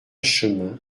chemin